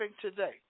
today